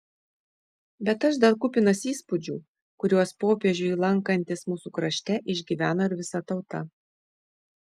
bet aš dar kupinas įspūdžių kuriuos popiežiui lankantis mūsų krašte išgyveno ir visa tauta